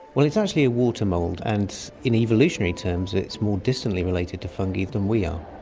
well, it's actually a water mould and in evolutionary terms it's more distantly related to fungi than we are.